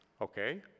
okay